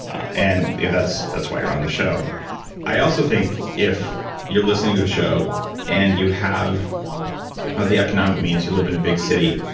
and that's that's why you're on the show i also think if you're listening to the show and you have ah the economic means, you live in a big city,